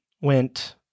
went